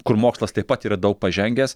kur mokslas taip pat yra daug pažengęs